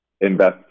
invest